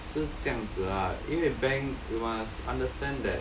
是这样子啦因为 bank you must understand that